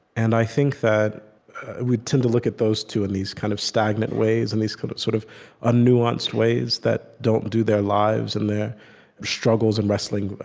and i think that we tend to look at those two in these kind of stagnant ways, in these kind of sort of un-nuanced ways that don't do their lives, and their struggles and wrestling,